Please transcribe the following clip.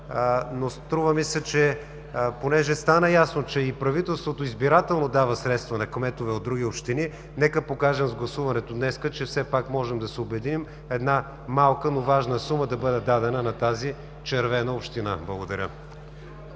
в страната. Понеже стана ясно, че правителството избирателно дава средства на кметове от други общини, нека покажем с гласуването днес, че все пак можем да се обединим – една малка, но важна сума да бъде дадена на тази червена община. Благодаря